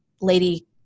lady